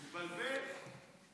התבלבל.